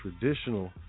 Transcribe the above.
traditional